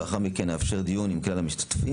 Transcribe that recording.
לאחר מכן נאפשר דיון עם כלל המשתתפים,